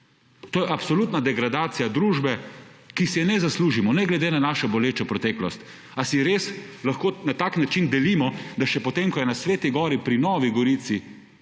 To je absolutna degradacija družbe, ki si je ne zaslužimo, ne glede na našo bolečo preteklost. Ali si res lahko na tak način delimo, da še potem, ko je na Sveti gori pri Novi Gorici